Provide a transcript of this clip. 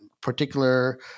particular